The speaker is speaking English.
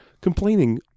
Complaining